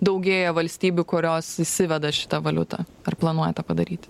daugėja valstybių kurios įsiveda šitą valiutą ar planuoja tą padaryti